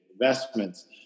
investments